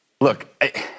Look